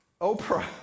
Oprah